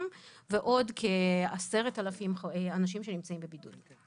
ועל עוד כ-10,000 אנשים שנמצאים בידוד.